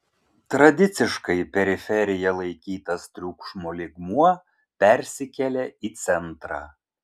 tradiciškai periferija laikytas triukšmo lygmuo persikelia į centrą